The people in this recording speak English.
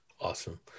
Awesome